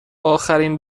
اخرین